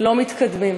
לא מתקדמים.